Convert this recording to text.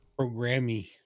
Programmy